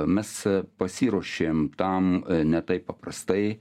mes pasiruošėm tam ne taip paprastai